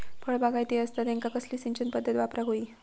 फळबागायती असता त्यांका कसली सिंचन पदधत वापराक होई?